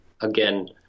again